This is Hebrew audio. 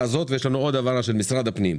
הזאת ויש לנו עוד העברה של משרד הפנים.